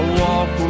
walk